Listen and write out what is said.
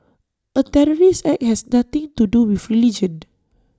A terrorist act has nothing to do with religion